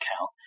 count